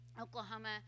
Oklahoma